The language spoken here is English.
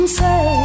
say